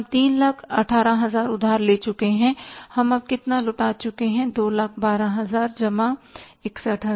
हम 318000 उधार ले चुके हैं हम अब तक कितना लौटा चुके हैं 212000 जमा 61000